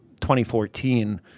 2014